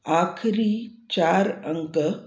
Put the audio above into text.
आख़िरी चारि अंक